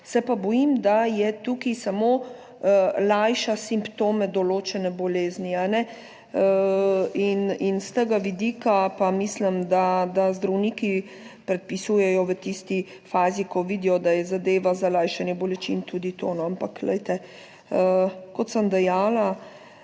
se pa bojim, da je tukaj samo lajša simptome določene bolezni, in s tega vidika pa mislim, da zdravniki predpisujejo v tisti fazi, ko vidijo, da je zadeva za lajšanje bolečin tudi to, ampak glejte, kot sem dejala,